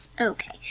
Okay